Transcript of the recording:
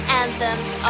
anthems